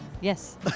Yes